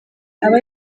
aba